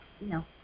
No